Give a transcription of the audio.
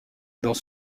dans